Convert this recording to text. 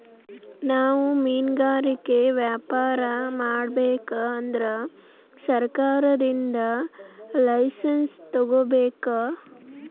ನಾವ್ ಮಿನ್ಗಾರಿಕೆ ವ್ಯಾಪಾರ್ ಮಾಡ್ಬೇಕ್ ಅಂದ್ರ ಸರ್ಕಾರದಿಂದ್ ಲೈಸನ್ಸ್ ತಗೋಬೇಕ್